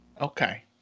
Okay